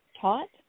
taught